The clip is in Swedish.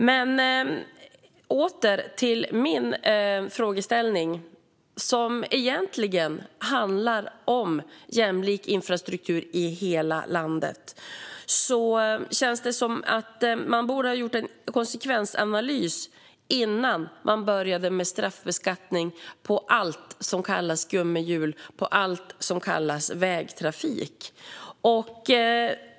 Men låt mig återkomma till min frågeställning, som egentligen handlar om jämlik infrastruktur i hela landet. Man borde ha gjort en konsekvensanalys innan man började med straffbeskattning på allt som kallas gummihjul och vägtrafik.